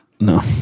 No